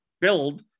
build